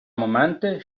моменти